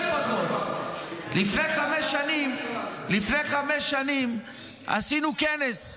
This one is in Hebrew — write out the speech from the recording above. לפני חמש שנים עשינו כנס,